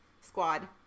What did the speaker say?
squad